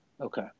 Okay